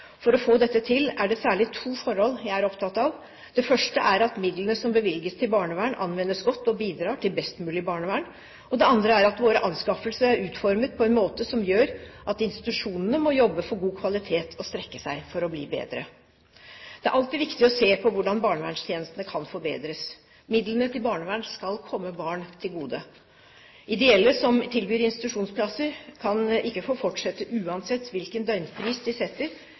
For å få dette til er det særlig to forhold jeg er opptatt av: Det første er at midlene som bevilges til barnevern, anvendes godt og bidrar til best mulig barnevern. Det andre er at våre anskaffelser er utformet på en måte som gjør at institusjonene må jobbe for god kvalitet og strekke seg for å bli bedre. Det er alltid viktig å se på hvordan barnevernstjenestene kan forbedres. Midlene til barnevern skal komme barn til gode. Ideelle som tilbyr institusjonsplasser, kan ikke få fortsette uansett hvilken døgnpris de setter.